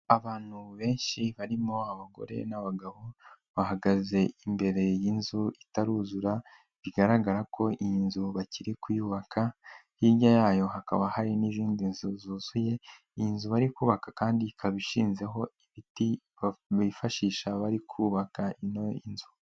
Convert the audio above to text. Abantu benshi barimo abagore n'abagabo bahagaze imbere y'inzu itaruzura, bigaragara ko iyi nzu bakiri kuyubaka, hirya yayo hakaba hari n'izindi nzu zuzuye. Iyi nzu bari kubaka kandi ikaba ishinzeho ibiti bifashisha bari kubaka inzu.